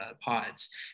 pods